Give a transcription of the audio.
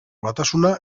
batasuna